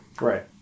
Right